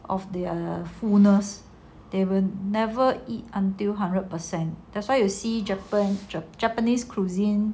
of their fullness they will never eat until hundred percent that's why you see japan the japanese cuisine